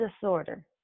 disorder